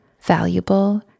valuable